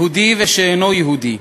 יהודי ושאינו יהודי,